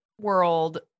world